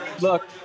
Look